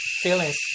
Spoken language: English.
feelings